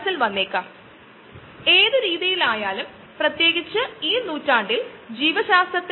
അതിൽ ഏത് തരത്തിലുള്ള തന്മാത്രയാണെന്ന് നമ്മൾ നോക്കുകയാണെങ്കിൽ അതിനെ ഒരു പ്രോട്ടീൻ എന്ന് വിളിക്കുന്നു